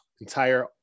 entire